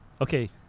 Okay